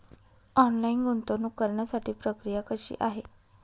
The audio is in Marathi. ऑनलाईन गुंतवणूक करण्यासाठी प्रक्रिया कशी आहे?